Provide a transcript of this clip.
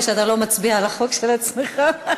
סמכות בית-המשפט לאסור שימוש ברכב ששימש לנסיעה בחוף),